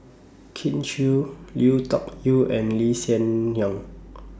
Kin Chui Lui Tuck Yew and Lee Hsien Yang